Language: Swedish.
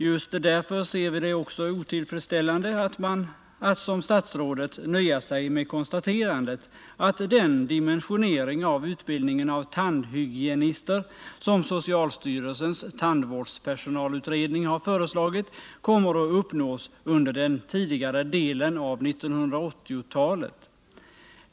Just därför ser vi det också som otillfredsställande att som statsrådet nöja sig med konstaterandet att den dimensionering av utbildningen av tandhygienister som socialstyrelsens tandvårdspersonalutredning har föreslagit kommer att uppnås under den tidigare delen av 1980-talet.